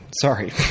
Sorry